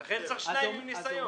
לכן צריך שניים עם ניסיון.